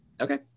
Okay